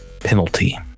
penalty